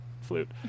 flute